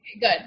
Good